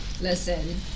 Listen